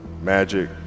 Magic